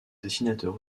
dessinateur